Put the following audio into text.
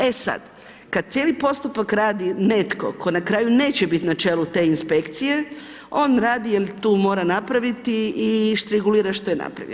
E sad, kad cijeli postupak radi netko tko na kraju neće biti na čelu te inspekcije, on radi jer tu mora napraviti i štrigulira što je napravio.